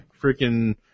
freaking